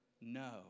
no